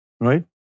Right